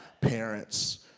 parents